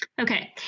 Okay